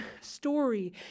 story